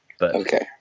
Okay